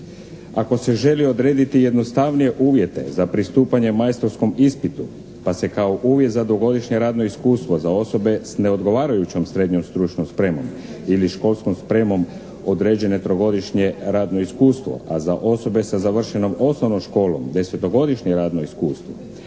ako se želi odrediti jednostavnije uvjete za pristupanje majstorskom ispitu, pa se kao uvjet za dvogodišnje radno iskustvo za osobe s neodgovarajućom srednjom stručnom spremom ili školskom spremom određene trogodišnje radno iskustvo, a za osobe sa završenom osnovnom školom desetogodišnje radno iskustvo.